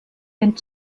den